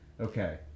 Okay